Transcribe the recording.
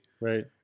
Right